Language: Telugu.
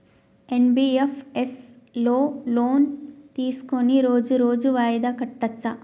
ఎన్.బి.ఎఫ్.ఎస్ లో లోన్ తీస్కొని రోజు రోజు వాయిదా కట్టచ్ఛా?